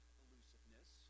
elusiveness